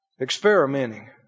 experimenting